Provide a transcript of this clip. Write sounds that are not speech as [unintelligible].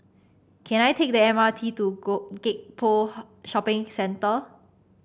can I take the M R T to [unintelligible] Gek Poh Shopping Centre